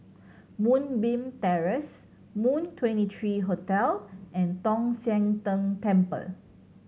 Moonbeam Terrace Moon Twenty three Hotel and Tong Sian Tng Temple